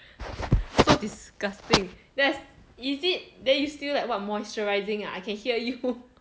so disgusting that is it then you still like what moisturising ah I can hear you